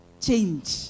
change